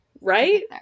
Right